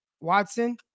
Watson